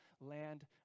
land